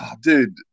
Dude